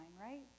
right